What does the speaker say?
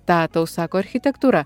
tą tau sako architektūra